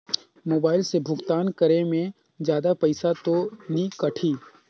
Mobile से भुगतान करे मे जादा पईसा तो नि कटही?